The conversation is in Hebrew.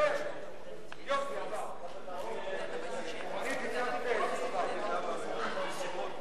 ההצעה להסיר מסדר-היום את הצעת חוק מיסוי מקרקעין (שבח ורכישה) (תיקון,